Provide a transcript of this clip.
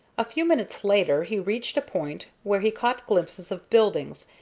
a few minutes later he reached a point where he caught glimpses of buildings,